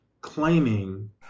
claiming